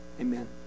Amen